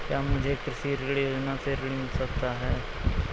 क्या मुझे कृषि ऋण योजना से ऋण मिल सकता है?